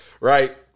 right